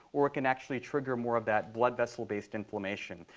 or it can actually trigger more of that blood-vessel-based inflammation.